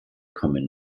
kommen